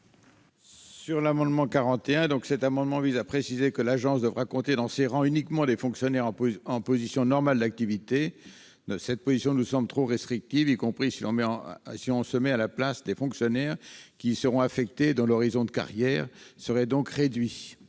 la commission ? Cet amendement vise à préciser que l'agence devra compter dans ses rangs uniquement des fonctionnaires en position normale d'activité. Cette disposition nous semble trop restrictive, y compris pour les fonctionnaires qui y seront affectés et dont l'horizon de carrière serait par trop réduit.